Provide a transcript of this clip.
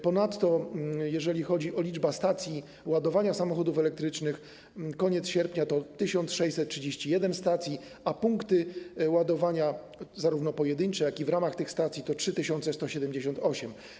Ponadto, jeżeli chodzi o liczbę stacji ładowania samochodów elektrycznych, na koniec sierpnia było 1631 stacji, a liczba punktów ładowania zarówno pojedynczych, jak i w ramach tych stacji, wyniosła 3178.